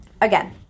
again